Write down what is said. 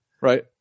Right